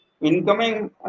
incoming